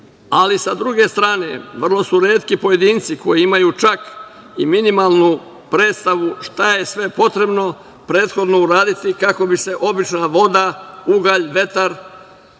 druge strane, vrlo su retki pojedinci koji imaju čak i minimalnu predstavu šta je sve potrebno prethodno uraditi kako bi se obična voda, ugalj, vetar